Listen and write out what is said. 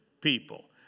people